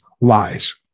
lies